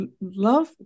love